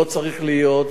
לא צריך להיות,